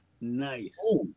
Nice